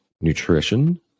Nutrition